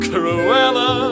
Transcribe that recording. Cruella